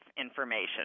information